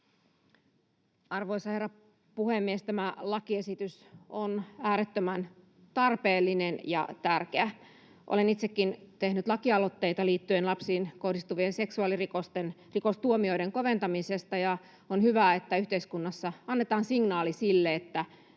Arvoisa herra puhemies! Tämä lakiesitys on äärettömän tarpeellinen ja tärkeä. Olen itsekin tehnyt lakialoitteita liittyen lapsiin kohdistuvien seksuaalirikostuomioiden koventamiseen, ja on hyvä, että yhteiskunnassa annetaan signaali siitä, että